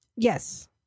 Yes